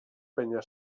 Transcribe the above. penya